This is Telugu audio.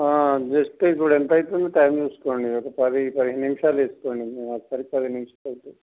జస్ట్ ఇప్పుడు ఎంత అయితుంది టైం చూసుకోండి ఒక పది పదిహేను నిమిషాలు వేసుకోండి మేము అక్కడికి పది నిమిషాలకు